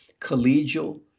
collegial